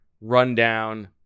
rundown